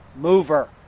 mover